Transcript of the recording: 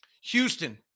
Houston